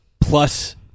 plus